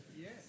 Yes